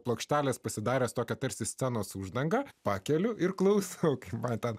plokštelės pasidaręs tokią tarsi scenos uždangą pakeliu ir klausiu kokį batą